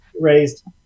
raised